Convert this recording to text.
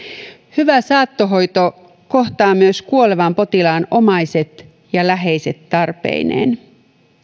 hyvä saattohoito kohtaa myös kuolevan potilaan omaiset ja läheiset tarpeineen